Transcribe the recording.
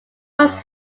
rose